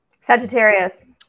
sagittarius